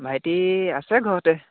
ভাইটি আছে ঘৰতে